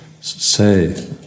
say